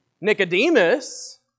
Nicodemus